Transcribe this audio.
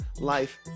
life